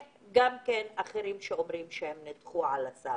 ויש עסקים שהתלוננו על כך שהם נדחו על הסף.